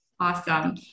Awesome